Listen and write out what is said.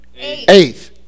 Eighth